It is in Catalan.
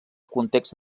context